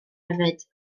hefyd